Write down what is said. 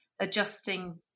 adjusting